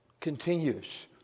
continues